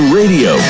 radio